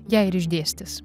ją ir išdėstys